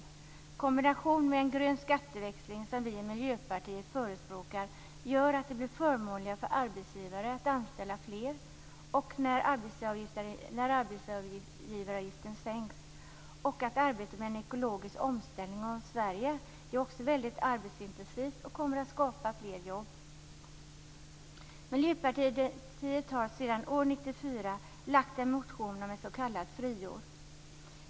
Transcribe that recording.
Detta i kombination med en grön skatteväxling, som vi i Miljöpartiet förespråkar, gör att det blir förmånligare för arbetsgivare att anställa fler när arbetsgivaravgiften sänks. Arbetet med en ekologisk omställning av Sverige är också mycket arbetsintensivt och kommer att skapa fler jobb. Miljöpartiet har sedan år 1994 lagt en motion om ett s.k. friår.